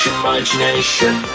imagination